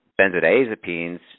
benzodiazepines